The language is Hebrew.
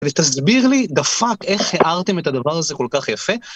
ותסביר לי דפאק, איך הארתם את הדבר הזה כל כך יפה?